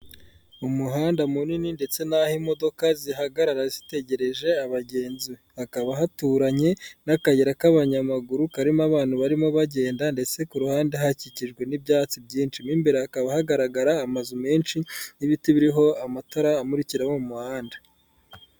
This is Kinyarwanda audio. Mu muhanda munini ndetse n'aho imodoka zihagarara zitegereje abagenzi, hakaba haturanye n'akayira k'abanyamaguru karimo abantu barimo bagenda, ndetse kuruhande hakikijwe n'ibyatsi byinshi, hakaba hagaragara amazu menshi n'ibiti biriho amatara amurikira abo mu muhanda.